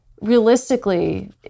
realistically